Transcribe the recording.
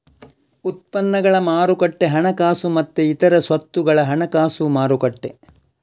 ಉತ್ಪನ್ನಗಳ ಮಾರುಕಟ್ಟೆ ಹಣಕಾಸು ಮತ್ತೆ ಇತರ ಸ್ವತ್ತುಗಳ ಹಣಕಾಸು ಮಾರುಕಟ್ಟೆ